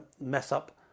mess-up